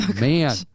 man